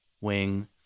wing